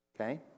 Okay